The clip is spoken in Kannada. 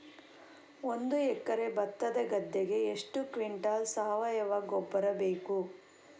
ಒಂದು ಎಕರೆ ಭತ್ತದ ಗದ್ದೆಗೆ ಎಷ್ಟು ಕ್ವಿಂಟಲ್ ಸಾವಯವ ಗೊಬ್ಬರ ಬೇಕು?